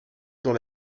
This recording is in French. dans